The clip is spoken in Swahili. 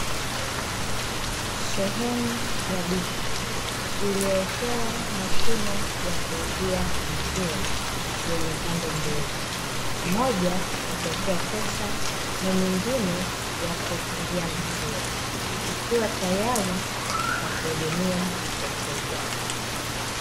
Sehemu ya duka iliyowekewa mashine ya kuuzia maziwa yenye pande mbili, moja ya kuwekea pesa na nyingine ya kukingia maziwa ikiwa tayari kwa kuhudumia wateja.